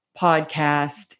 podcast